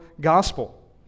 gospel